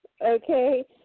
okay